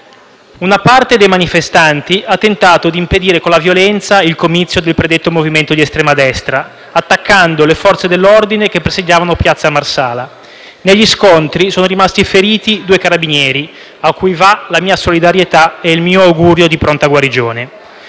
una parte dei manifestanti ha tentato di impedire con la violenza il comizio del predetto movimento di estrema destra, attaccando le Forze dell'ordine che presidiavano piazza Marsala. Negli scontri sono rimasti feriti due carabinieri, a cui va la mia solidarietà e il mio augurio di pronta guarigione.